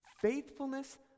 Faithfulness